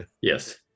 Yes